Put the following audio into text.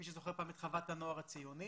מי שזוכר את חוות הנוער הציוני.